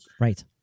right